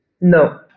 No